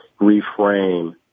reframe